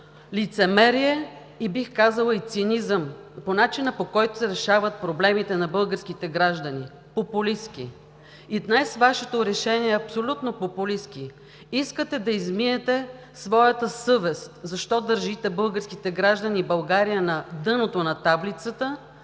лицемерие и, бих казала, цинизъм по начина, по който се решават проблемите на българските граждани, популистки. И днес Вашето решение е абсолютно популистко. Искате да измиете своята съвест защо държите българските граждани и България на дъното на таблицата